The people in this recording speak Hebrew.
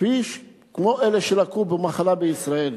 כמו אלה שלקו במחלה בישראל.